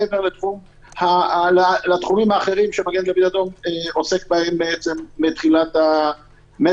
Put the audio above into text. מעבר לתחומים האחרים שמגן דוד אדום עוסק בהם מתחילת המגפה.